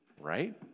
right